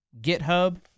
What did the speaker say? GitHub